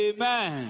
Amen